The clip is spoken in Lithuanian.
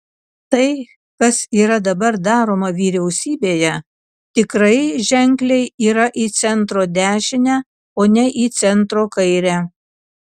tai kas yra dabar daroma vyriausybėje tikrai ženkliai yra į centro dešinę o ne į centro kairę